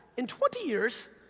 in twenty years,